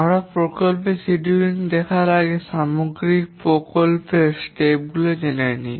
আমরা প্রকল্পের সিডিউল দেখার আগে সামগ্রিক প্রকল্পের পদক্ষেপ গুলি দেখে নিই